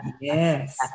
Yes